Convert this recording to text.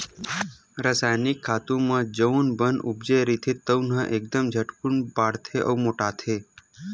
रसायनिक खातू म जउन बन उपजे रहिथे तउन ह एकदम झटकून बाड़थे अउ मोटाथे